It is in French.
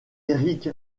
erik